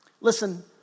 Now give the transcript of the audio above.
Listen